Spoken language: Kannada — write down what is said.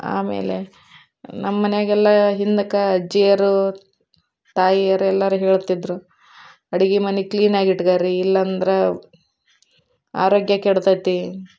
ಆಮೇಲೆ ನಮ್ಮ ಮನೆಯಾಗೆಲ್ಲ ಹಿಂದಕ್ಕೆ ಅಜ್ಜಿಯರು ತಾಯಿಯರೆಲ್ಲರೂ ಹೇಳ್ತಿದ್ದರು ಅಡ್ಗೆ ಮನೆ ಕ್ಲೀನಾಗಿ ಇಟ್ಕೋರಿ ಇಲ್ಲಂದ್ರೆ ಆರೋಗ್ಯ ಕೆಡುತೈತಿ